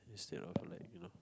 instead of like you know